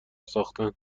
ساختن